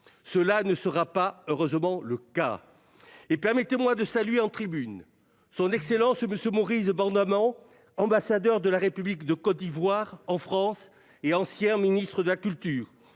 Cela ne sera pas, heureusement, le cas. Et permettez-moi de saluer en tribune son Excellence M. Maurice Bordaman, ambassadeur de la République de Côte d'Ivoire en France et ancien ministre de la Culture.